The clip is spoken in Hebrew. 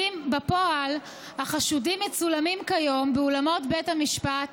בפועל, החשודים מצולמים כיום באולמות בית המשפט